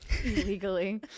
Illegally